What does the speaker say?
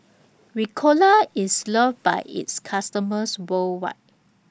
Ricola IS loved By its customers worldwide